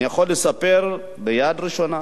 אני יכול לספר, מיד ראשונה,